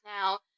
now